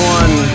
one